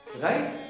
Right